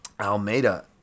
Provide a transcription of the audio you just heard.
Almeida